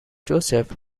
joseph